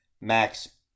Max